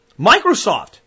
Microsoft